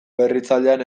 berritzailean